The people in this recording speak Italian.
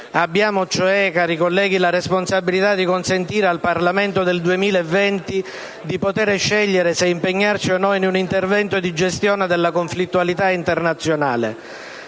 Abbiamo cioè, cari colleghi, la responsabilità di consentire al Parlamento del 2020 di poter scegliere se impegnarsi o no in un intervento di gestione della conflittualità internazionale.